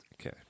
Okay